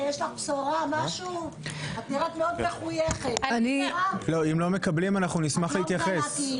אם לא מקבלים אנחנו נשמח להתייחס.